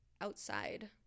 outside